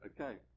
Okay